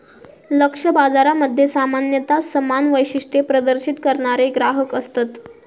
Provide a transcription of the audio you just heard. लक्ष्य बाजारामध्ये सामान्यता समान वैशिष्ट्ये प्रदर्शित करणारे ग्राहक असतत